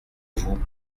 vous